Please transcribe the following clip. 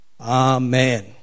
Amen